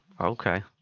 Okay